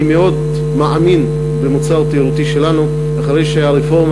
אני מאמין מאוד במוצר התיירותי שלנו אחרי שהרפורמה